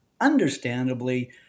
understandably